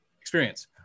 experience